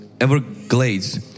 Everglades